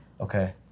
Okay